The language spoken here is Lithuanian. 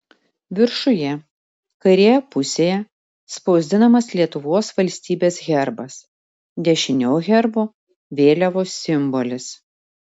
viršuje kairėje pusėje spausdinamas lietuvos valstybės herbas dešiniau herbo vėliavos simbolis